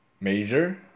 major